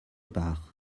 part